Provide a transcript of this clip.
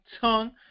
tongue